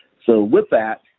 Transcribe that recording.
so with that,